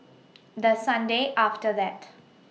The Sunday after that